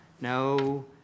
No